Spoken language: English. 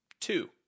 two